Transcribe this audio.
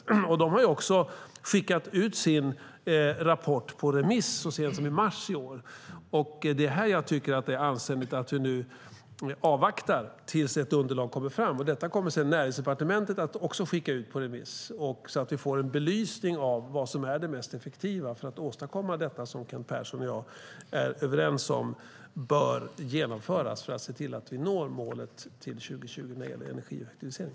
Myndigheten har skickat ut sin rapport på remiss så sent som i mars i år. Jag tycker att det är anständigt att vi nu avvaktar ett underlag. Detta kommer sedan också Näringsdepartementet att skicka ut på remiss. På så sätt får vi en belysning av vad som är det mest effektiva för att åstadkomma detta, som Kent Persson och jag är överens om bör genomföras för att se till att vi når målet till 2020 för energieffektivisering.